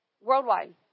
Worldwide